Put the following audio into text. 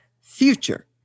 future